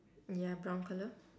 ya brown colour